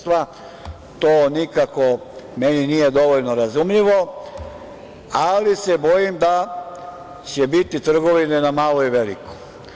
To nikako meni nije dovoljno razumljivo, ali se bojim da će biti trgovine na malo i veliko.